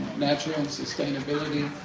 natural and sustainability.